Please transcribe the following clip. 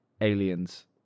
aliens